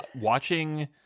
watching